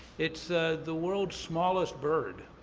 it's the world's smallest bird.